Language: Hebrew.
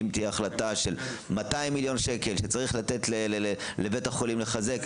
אם תהיה החלטה שצריך לתת לבית החולים 200